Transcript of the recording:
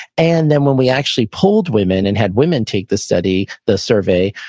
and then when we actually pulled women and had women take the study, the survey,